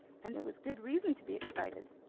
and there was good reason to be excited!